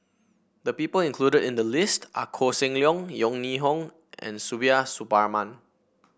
the people included in the list are Koh Seng Leong Yeo Ning Hong and Suparman